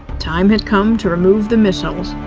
time had come to remove the missiles,